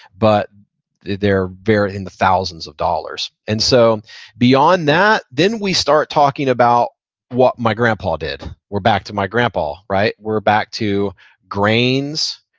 but they're in the thousands of dollars. and so beyond that, then we start talking about what my grandpa did. we're back to my grandpa, right? we're back to grains.